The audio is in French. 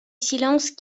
silence